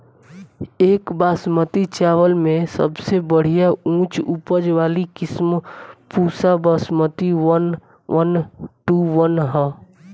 एक बासमती चावल में सबसे बढ़िया उच्च उपज वाली किस्म Pusa Basmati one one two one ह?